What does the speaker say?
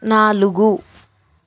నాలుగు